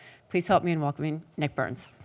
please help me in welcoming nick burns.